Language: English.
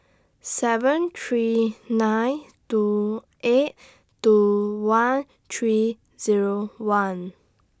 seven three nine two eight two one three Zero one